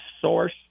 source